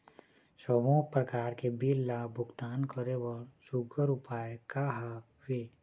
सबों प्रकार के बिल ला भुगतान करे बर सुघ्घर उपाय का हा वे?